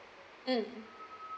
mm